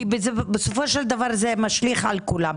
כי בסופו של דבר זה משליך על כולם.